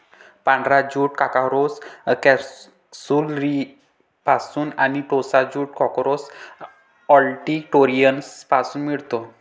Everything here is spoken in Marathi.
पांढरा ज्यूट कॉर्कोरस कॅप्सुलरिसपासून आणि टोसा ज्यूट कॉर्कोरस ऑलिटोरियसपासून मिळतो